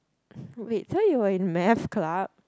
wait so you are in math club